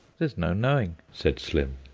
there's no knowing, said slim.